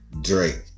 Drake